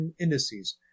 indices